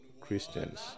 Christians